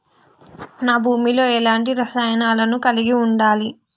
నా భూమి లో ఎలాంటి రసాయనాలను కలిగి ఉండాలి?